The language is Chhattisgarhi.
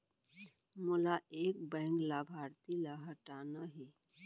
मोला एक बैंक लाभार्थी ल हटाना हे?